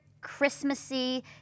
Christmassy